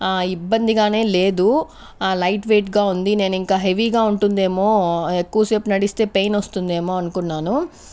ఆ ఇబ్బందిగానే లేదు ఆ లైట్ వెయిట్గా ఉంది నేను ఇంకా హెవీగా ఉంటుందేమో ఎక్కువ సేపు నడిస్తే పెయిన్ వస్తుందేమో అనుకున్నాను